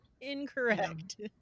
incorrect